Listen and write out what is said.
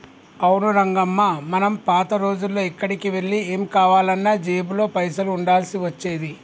అవును రంగమ్మ మనం పాత రోజుల్లో ఎక్కడికి వెళ్లి ఏం కావాలన్నా జేబులో పైసలు ఉండాల్సి వచ్చేది